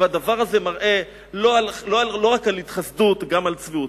והדבר הזה מראה לא רק על התחסדות, גם על צביעות.